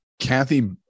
kathy